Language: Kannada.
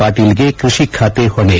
ಪಾಟೀಲ್ಗೆ ಕೃಷಿ ಖಾತೆ ಹೊಣೆ